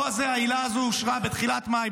הפטור הזה, העילה הזאת אושרה בתחילת מאי.